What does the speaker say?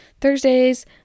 Thursdays